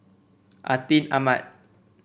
Atin Amat